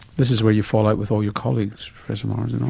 this is where you fall out with all your colleagues, professor maher,